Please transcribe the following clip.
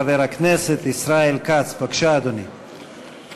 בבקשה, אדוני יצהיר אמונים.